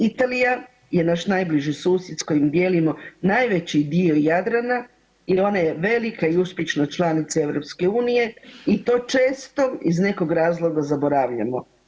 Italija je naš najbliži susjed s kojim dijelimo najveći dio Jadrana i ona je velika i uspješna članica EU i to često iz nekog razloga zaboravljamo.